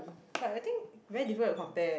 but I think very difficult to compare